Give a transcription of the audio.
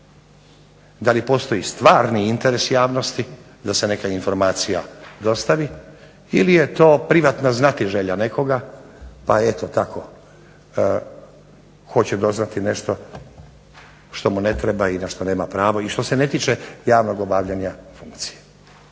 da li postoji stvarni interes javnosti da se neka informacija dostavi ili je to privatna znatiželja nekoga pa eto tako hoće doznati nešto što mu ne treba i na to što nema pravo i što se ne tiče javnog obavljanja funkcije.